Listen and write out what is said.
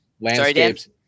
landscapes